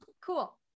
Cool